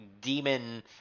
demon